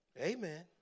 Amen